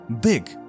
Big